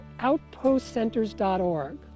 outpostcenters.org